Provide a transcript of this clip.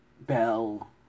Bell